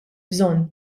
bżonn